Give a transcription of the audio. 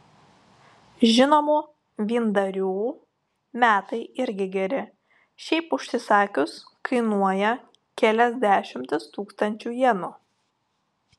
žinomų vyndarių metai irgi geri šiaip užsisakius kainuoja kelias dešimtis tūkstančių jenų